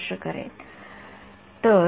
तर का तर किमान १ १ म्हणजे काय